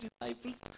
disciples